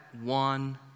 one